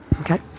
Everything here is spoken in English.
okay